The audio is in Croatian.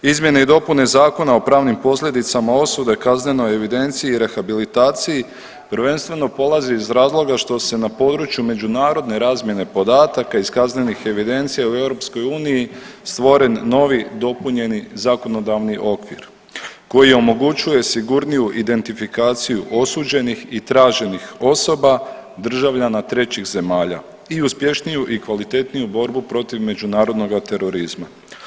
Izmjene i dopunama Zakona o pravnim posljedicama osude, kaznenoj evidenciji i rehabilitaciji prvenstveno polazi iz razloga što se na području međunarodne razmjene podataka iz kaznenih evidencija u EU stvoren novi dopunjeni zakonodavni okvir koji omogućuje sigurniju identifikaciju osuđenih i traženih osoba državljana trećih zemalja i uspješniju i kvalitetniju borbu protiv međunarodnoga terorizma.